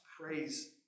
Praise